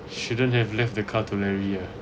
shouldn't have left the car to larry ah